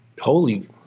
holy